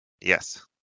Yes